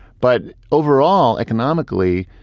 but overall, economically,